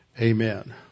amen